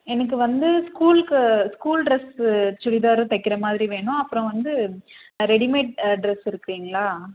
எனக்கு வந்து ஸ்கூலுக்கு ஸ்கூல் ட்ரெஸுக்கு சுடிதாரு தைக்கிறமாதிரி வேணும் அப்புறம் வந்து ரெடிமேட் ட்ரெஸ் இருக்குது இல்லைங்களா